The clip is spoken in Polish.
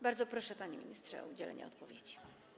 Bardzo proszę, panie ministrze, o udzielenie odpowiedzi.